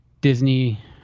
Disney